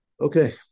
Okay